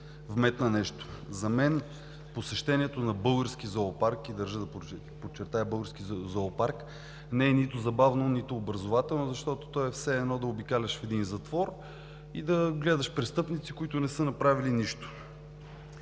вметна нещо. За мен посещението на български зоопарк, и държа да подчертая, български зоопарк не e нито забавно, нито образователно, защото то е все едно да обикаляш в един затвор и да гледаш престъпници, които не са направили нищо.